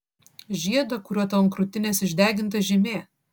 žiedą kuriuo tau ant krūtinės išdeginta žymė